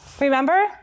Remember